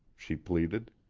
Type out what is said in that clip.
she pleaded.